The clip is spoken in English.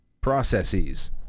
Processes